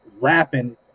rapping